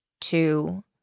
two